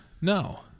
No